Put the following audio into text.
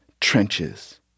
trenches